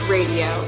Radio